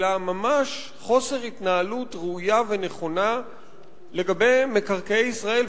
אלא ממש חוסר התנהלות ראויה ונכונה לגבי מקרקעי ישראל,